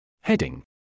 Heading